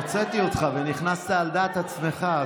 הוצאתי אותך ונכנסת על דעת עצמך,